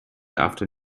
after